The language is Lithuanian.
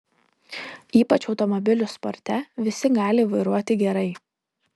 ypač automobilių sporte visi gali vairuoti gerai